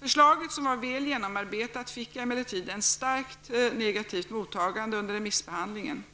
Förslaget, som var väl genomarbetat, fick emellertid ett starkt negativt mottagande under remissbehandlingen.